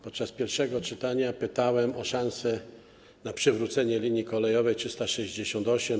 Podczas pierwszego czytania pytałem o szansę na przywrócenie linii kolejowej nr 368.